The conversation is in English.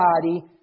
body